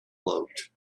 float